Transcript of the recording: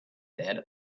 dead